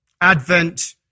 Advent